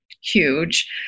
huge